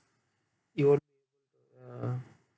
it will uh